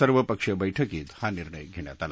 सर्वपक्षीय बैठकीत हा निर्णय घेण्यात आला